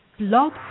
Blog